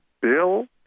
bill